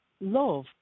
love